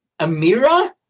amira